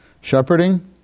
shepherding